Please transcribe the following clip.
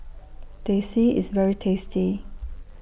Teh C IS very tasty